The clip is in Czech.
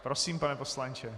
Prosím, pane poslanče.